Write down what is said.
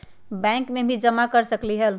Bank में भी जमा कर सकलीहल?